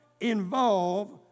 involve